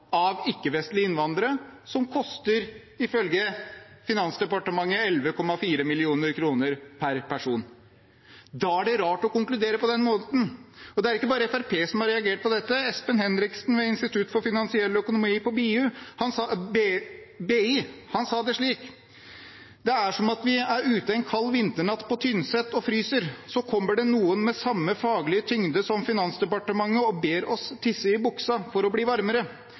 av ikke-vestlige innvandrere, som ifølge Finansdepartementet koster 11,4 mill. kr per person. Da er det rart å konkludere på den måten. Det er ikke bare Fremskrittspartiet som har reagert på dette. Espen Henriksen ved Institutt for finansiell økonomi på BI sa det slik: «Det er som at vi er ute en kald vinternatt på Tynset og fryser. Så kommer noen med samme faglige tyngde som Finansdepartementet og ber oss tisse i buksa for å bli varmere.